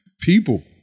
people